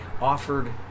offered